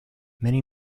many